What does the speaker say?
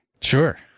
Sure